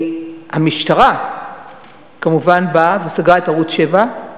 המשטרה כמובן באה וסגרה את ערוץ-7,